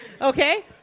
Okay